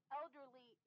elderly